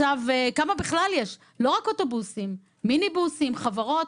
כמה בכלל יש, לא רק אוטובוסים, מיניבוסים, חברות?